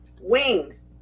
wings